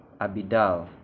Abidal